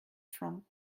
from